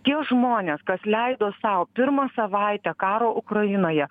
tie žmonės kas leido sau pirmą savaitę karo ukrainoje